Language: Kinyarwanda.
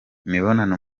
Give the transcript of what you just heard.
imibonano